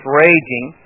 raging